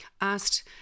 asked